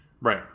Right